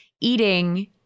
eating